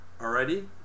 Alrighty